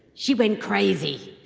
she went crazy.